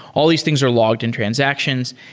all these things are logged in transactions,